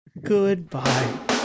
Goodbye